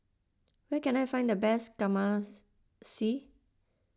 where can I find the best